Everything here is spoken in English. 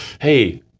hey